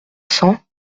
cents